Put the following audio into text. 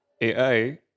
AI